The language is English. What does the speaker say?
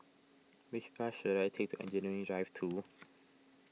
which bus should I take to Engineering Drive two